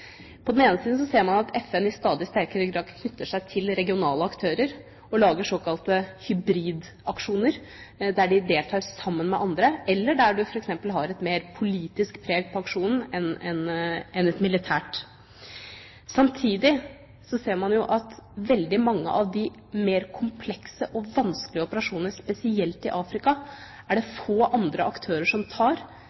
På den ene siden ser man at FN i stadig sterkere grad knytter seg til regionale aktører og lager såkalte hybridaksjoner, der de deltar sammen med andre, eller der man f.eks. har mer et politisk preg på aksjonen enn et militært. Samtidig ser man at veldig mange av de mer komplekse og vanskelige operasjonene, spesielt i Afrika, er det